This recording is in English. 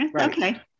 Okay